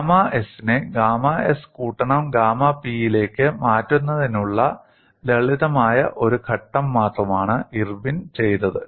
gamma s നെ gamma s കൂട്ടണം gamma p യിലേക്ക് മാറ്റുന്നതിനുള്ള ലളിതമായ ഒരു ഘട്ടം മാത്രമാണ് ഇർവിൻ ചെയ്തത്